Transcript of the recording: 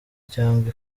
cyangwa